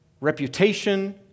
reputation